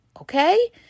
Okay